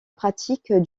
pratique